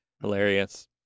hilarious